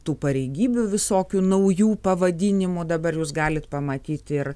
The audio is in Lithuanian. tų pareigybių visokių naujų pavadinimų dabar jūs galit pamatyti ir